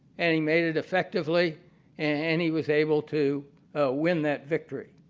and he made it effectively and he was able to win that victory.